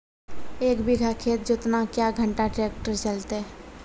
एक बीघा खेत जोतना क्या घंटा ट्रैक्टर चलते?